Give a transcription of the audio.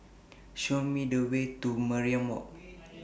Show Me The Way to Mariam Walk